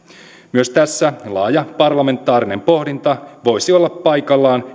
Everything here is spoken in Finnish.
myös tässä laaja parlamentaarinen pohdinta voisi olla paikallaan